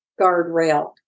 guardrail